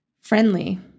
Friendly